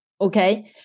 Okay